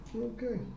Okay